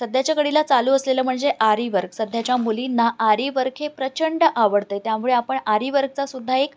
सध्याच्या घडीला चालू असलेलं म्हणजे आरीवर्क सध्याच्या मुलींना आरीवर्क हे प्रचंड आवडत आहे त्यामुळे आपण आरीवर्कचासुद्धा एक